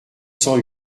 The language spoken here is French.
cent